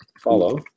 follow